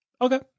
Okay